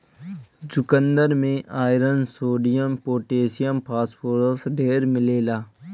चुकन्दर में iron, sodium, potassium, phosphorus ढेर मिलेला